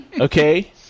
Okay